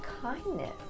kindness